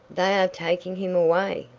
they are taking him away!